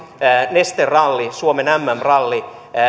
neste ralli suomen mm ralli